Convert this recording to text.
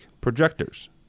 projectors